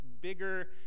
bigger